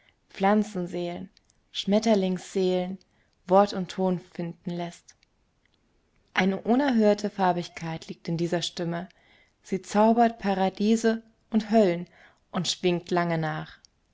pflanzenseele schmetterlingsseele wort und ton finden läßt eine unerhörte farbigkeit liegt in dieser stimme sie zaubert paradiese und höllen und schwingt lange nach